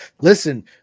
listen